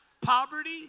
poverty